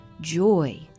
Joy